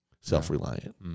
self-reliant